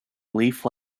leaf